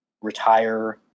retire